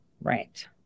Right